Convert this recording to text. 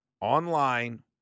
online